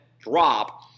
drop